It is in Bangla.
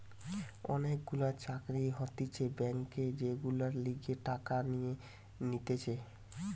অনেক গুলা চাকরি হতিছে ব্যাংকে যেগুলার লিগে টাকা নিয়ে নিতেছে